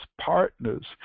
partners